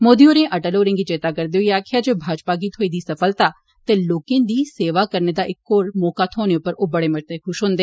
मोदी होरें अटल होरें गी चेता करदे होई आक्खेआ जे भाजपा गी थ्होई दी सफलता ते लोकें दी सेवा करने दा इक होर मौका थ्होने उप्पर ओह् बड़े खुश होंदे